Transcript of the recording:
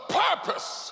purpose